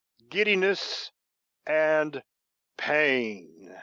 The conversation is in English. giddiness and pain.